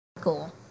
cool